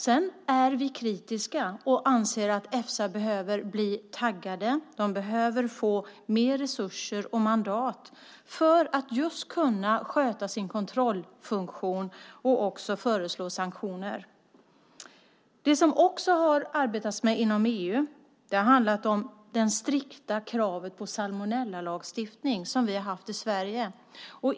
Sedan är vi kritiska och anser att Efsa behöver bli taggat, behöver få mer resurser och mandat för att just kunna sköta sin kontrollfunktion och föreslå sanktioner. Det som man också har arbetat med inom EU har handlat om det strikta kravet på salmonellalagstiftning, som vi har haft i Sverige.